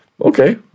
Okay